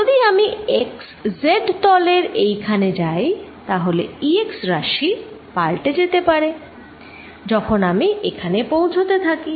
যদি আমি xz তলের এইখানে যাই তাহলে Ex রাশি পাল্টে যেতে পারে যখন আমি এখানে পৌঁছতে থাকি